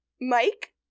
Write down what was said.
Mike